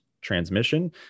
Transmission